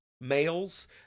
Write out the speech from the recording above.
males